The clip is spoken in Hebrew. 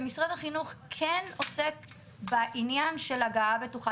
שמשרד החינוך כן עוסק בעניין של הגעה בטוחה